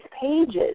pages